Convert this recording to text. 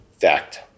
fact